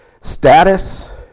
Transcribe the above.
status